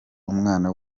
umwana